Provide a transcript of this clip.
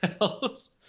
else